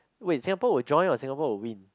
wait Singapore will join or Singapore will win